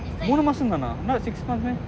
மூணு மாசம் தானா:muunu maasam thaana not six months meh